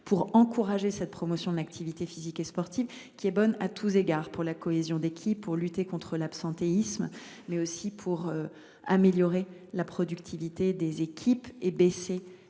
pour encourager la promotion de l’activité physique et sportive. Celle ci est bonne à tous égards : pour renforcer la cohésion d’équipe, pour lutter contre l’absentéisme, mais aussi pour améliorer la productivité des équipes et diminuer les charges